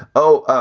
oh,